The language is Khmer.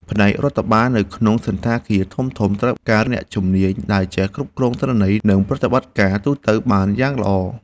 ផ្នែករដ្ឋបាលនៅក្នុងសណ្ឋាគារធំៗត្រូវការអ្នកជំនាញដែលចេះគ្រប់គ្រងទិន្នន័យ និងប្រតិបត្តិការទូទៅបានយ៉ាងល្អ។